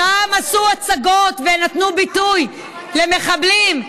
שם עשו הצגות ונתנו ביטוי למחבלים.